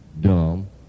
dumb